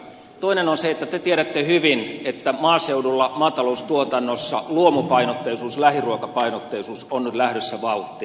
toinen on se että te tiedätte hyvin että maaseudulla maataloustuotannossa luomupainotteisuus lähiruokapainotteisuus ovat nyt lähdössä vauhtiin